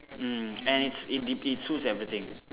mm and it's it dep~ it suits everything